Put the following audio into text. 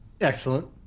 Excellent